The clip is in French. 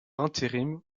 intérim